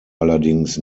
allerdings